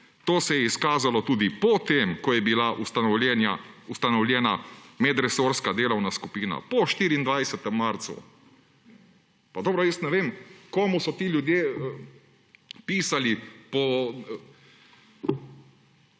To se je izkazalo tudi potem, ko je bila ustanovljena medresorska delovna skupina.« Po 24. marcu. Pa dobro, jaz ne vem, komu so ti ljudje pisali po